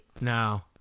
No